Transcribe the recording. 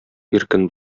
иркен